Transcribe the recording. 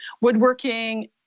woodworking